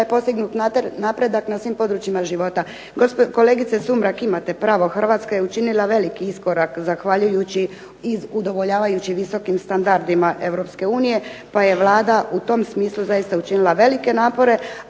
da je postignut napredak na svim područjima života. Kolegice Sumrak imate pravo, Hrvatska je učinila veliki iskorak zahvaljujući i udovoljavajući visokom standardima Europske unije, pa je Vlada u tom smislu zaista učinila velike napore,